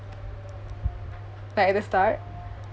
like at the start